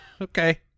okay